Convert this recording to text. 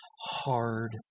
Hard